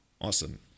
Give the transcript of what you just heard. Awesome